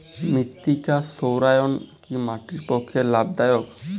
মৃত্তিকা সৌরায়ন কি মাটির পক্ষে লাভদায়ক?